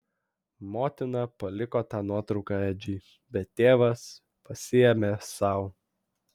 motina paliko tą nuotrauką edžiui bet tėvas pasiėmė sau